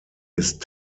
ist